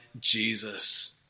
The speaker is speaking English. Jesus